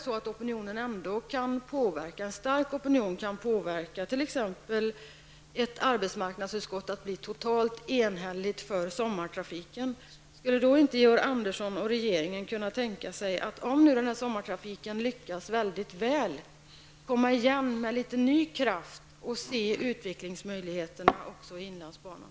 Om det ändå förhåller sig så att en stark opinion kan påverka så att t.ex. arbetsmarknadsutskottet kan bli totalt enhälligt om sommartrafiken, skulle då inte regeringen och Georg Andersson kunna tänka sig att, om sommartrafiken lyckas väldigt väl, komma igen med litet nya krafter och försöka se utvecklingsmöjligheterna också i inlandsbanan?